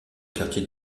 quartier